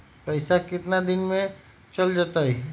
पैसा कितना दिन में चल जतई?